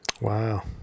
Wow